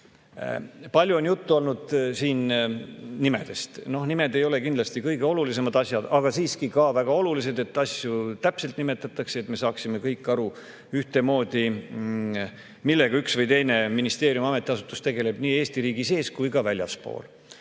Palju on siin juttu olnud nimedest. Noh, nimed ei ole kindlasti kõige olulisemad asjad, aga on siiski ka väga oluline, et asju täpselt nimetataks, et me saaksime kõik ühtemoodi aru, millega üks või teine ministeerium või ametiasutus nii Eesti riigi sees kui ka väljaspool